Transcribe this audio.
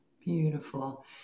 beautiful